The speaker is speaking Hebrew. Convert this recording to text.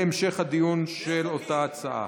יהיה המשך הדיון של אותה הצעה.